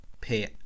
Pay